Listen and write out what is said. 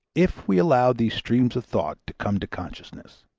if we allow these streams of thought to come to consciousness.